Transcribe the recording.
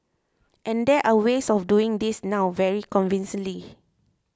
and there are ways of doing this now very convincingly